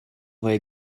they